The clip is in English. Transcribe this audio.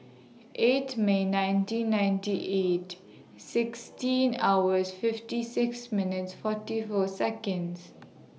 eight May nineteen ninety eight sixteen hours fifty six minutes forty four Seconds